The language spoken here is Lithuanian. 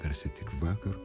tarsi tik vakar